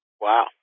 Wow